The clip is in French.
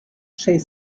chez